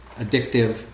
addictive